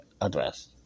Address